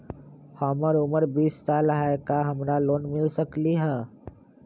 हमर उमर बीस साल हाय का हमरा लोन मिल सकली ह?